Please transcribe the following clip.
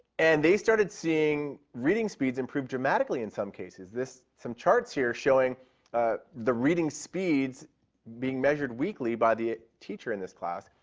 and they started seeing reading speeds improve dramatically in some cases. this some chart here is showing the reading speeds being measured weekly by the teacher in this class.